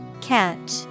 Catch